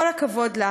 כל הכבוד לה,